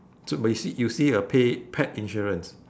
so but you see you see a pay pet insurance